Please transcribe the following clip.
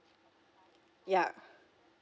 yeah